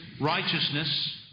righteousness